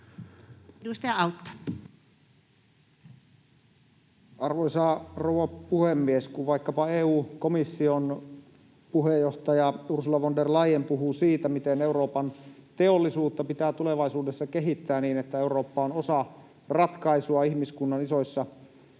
Arvoisa rouva puhemies! Kun vaikkapa EU-komission puheenjohtaja Ursula von der Leyen puhuu siitä, miten Euroopan teollisuutta pitää tulevaisuudessa kehittää niin, että Eurooppa on osa ratkaisua ihmiskunnan isoissa haasteissa,